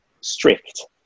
strict